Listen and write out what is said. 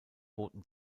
boten